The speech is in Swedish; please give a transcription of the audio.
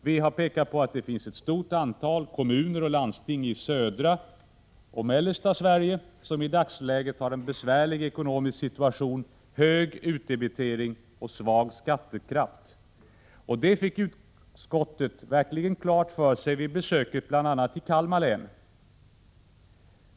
Vi har pekat på att det finns ett stort antal kommuner och landsting i södra och mellersta Sverige som i dagsläget har en besvärlig ekonomisk situation, hög utdebitering och svag skattekraft. Det fick utskottet verkligen klart för sig bl.a. vid besöket i Kalmar län.